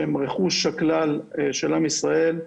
שהם רכוש הכלל, של עם ישראל.